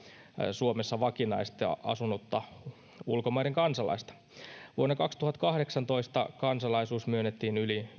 suomessa vakinaisesti asunutta ulkomaiden kansalaista vuonna kaksituhattakahdeksantoista kansalaisuus myönnettiin yli